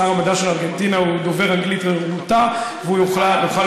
שר המדע של ארגנטינה דובר אנגלית רהוטה ונוכל לשוחח,